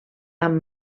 amb